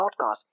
podcast